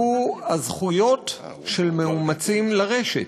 והוא זכויות מאומצים לרשת.